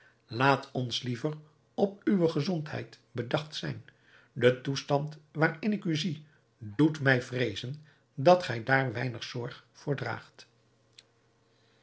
laat ons liever op uwe gezondheid bedacht zijn de toestand waarin ik u zie doet mij vreezen dat gij daar weinig zorg voor draagt